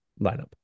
lineup